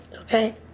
Okay